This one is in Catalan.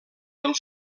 del